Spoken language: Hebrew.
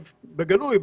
בגלוי,